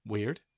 Weird